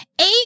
Eight